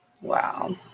Wow